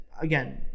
again